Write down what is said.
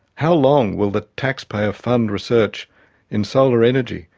how long will the taxpayer fund research in solar energy,